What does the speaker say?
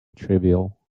trivial